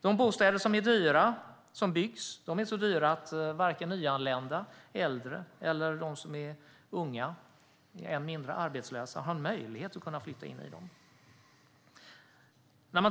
De dyra bostäder som byggs är så dyra att varken nyanlända, äldre eller de som är unga och än mindre arbetslösa har möjlighet att flytta in i dem.